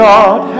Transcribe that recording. God